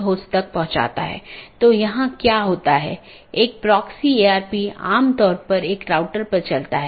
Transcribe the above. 3 अधिसूचना तब होती है जब किसी त्रुटि का पता चलता है